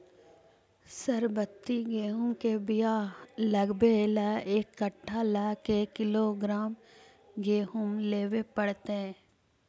सरबति गेहूँ के बियाह लगबे ल एक कट्ठा ल के किलोग्राम गेहूं लेबे पड़तै?